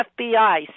FBI